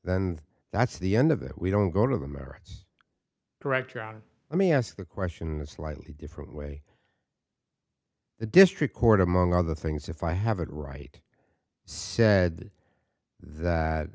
then that's the end of that we don't go to the merits direct route let me ask the question in a slightly different way the district court among other things if i have it right said that